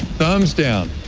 thumbs down,